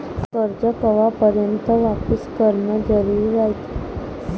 कर्ज कवापर्यंत वापिस करन जरुरी रायते?